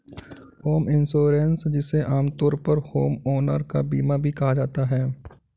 home insurance जिसे आमतौर पर होमओनर का बीमा भी कहा जाता है